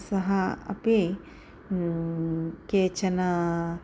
सह अपि कानिचन